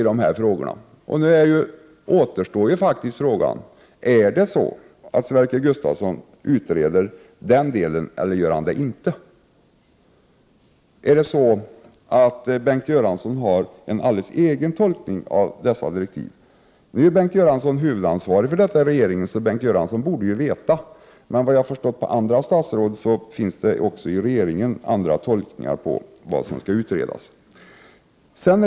Den fråga som återstår är då: Utreder Sverker Gustavsson den delen eller gör han det inte? Har Bengt Göransson en alldeles egen tolkning av dessa direktiv? Bengt Göransson är huvudansvarig för detta i regeringen, så han borde ju veta, men vad jag har förstått av andra statsråd finns det i regeringen också andra tolkningar av vad som skall utredas.